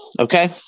okay